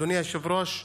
אדוני היושב-ראש,